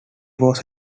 was